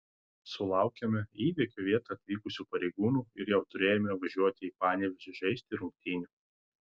sulaukėme į įvykio vietą atvykusių pareigūnų ir jau turėjome važiuoti į panevėžį žaisti rungtynių